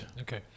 Okay